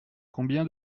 combien